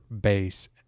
base